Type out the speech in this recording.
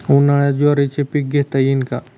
उन्हाळ्यात ज्वारीचे पीक घेता येईल का?